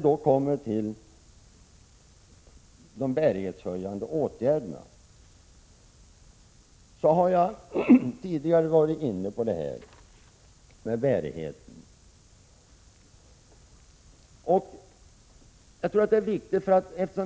Så kommer vi till de bärighetshöjande åtgärderna som jag tidigare varit inne på.